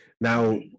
Now